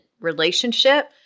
relationship